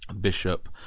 bishop